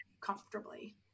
comfortably